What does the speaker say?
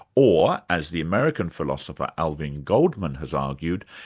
or, as the american philosopher, alvin goldman has argued,